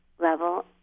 level